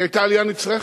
היתה עלייה נצרכת,